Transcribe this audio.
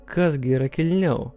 kas gi yra kilniau